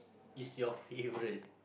is your favorite